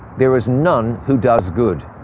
there is none who does good.